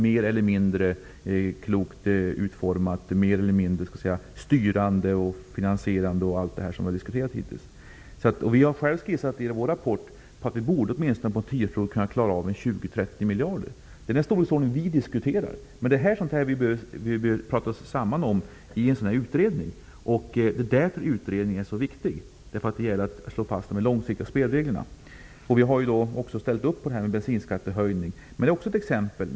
De är mer eller mindre klokt utformade, mer eller mindre styrande, finansierande osv. Vi har i vår rapport skissat på att man på en tioårsperiod åtminstone borde kunna klara av 20-- 30 miljarder. Det är den storleksordning som vi diskuterar, men detta är sådant som vi behöver prata oss samman om i en utredning. En utredning är viktig, därför att det gäller att slå fast de långsiktiga spelreglerna. Vi har också ställt upp på en bensinskattehöjning. Det är också ett exempel.